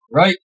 right